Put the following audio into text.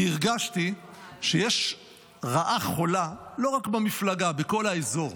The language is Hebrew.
כי הרגשתי שיש רעה חולה לא רק במפלגה, בכל האזור,